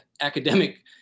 academic